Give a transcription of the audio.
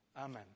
amen